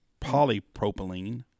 polypropylene